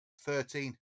Thirteen